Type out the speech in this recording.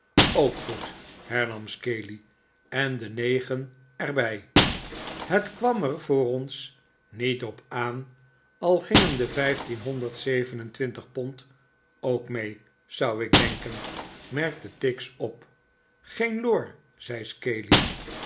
ook goed hernam scaley en de negen er bij het kwam er voor ons niet op aan al gingen de vijftienhonderd zeven en twintig pond ook mee zou ik denken merkte tix op geen lor zei